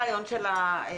זה הרעיון של הצמדה,